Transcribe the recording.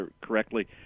correctly